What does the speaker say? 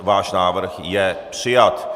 Váš návrh je přijat.